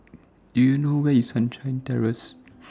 Do YOU know Where IS Sunshine Terrace